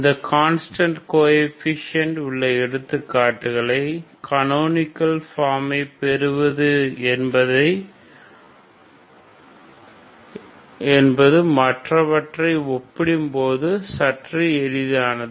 இந்த constant coefficient உள்ள எடுத்துக்காட்டுகளை கனோனிகல் ஃபார்மை பெறுவது என்பது மற்றவற்றை ஒப்பிடும்போது சற்று எளிதானது